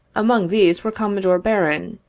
among these were commodore barron,